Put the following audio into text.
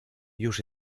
już